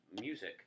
music